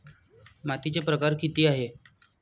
मातीचे प्रकार किती आहेत?